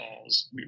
calls